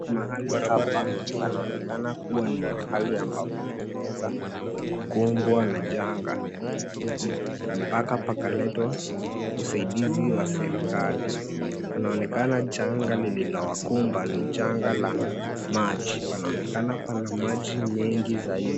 Mahali hapa panaonekana kuwa ni mahali ambapo pameweza kukumbwa na janga mpaka pakaletwa msaidizi wa serikali. Panaonekana janga lililowakumba ni janga la maji. Panaonekana pana maji mengi zaidi.